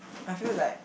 I feel like